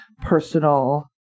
personal